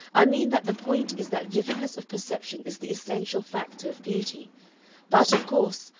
i mean that the point is that vividness of perception is the essential factor of beauty but, of course,